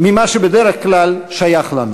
שבדרך כלל שייך לנו.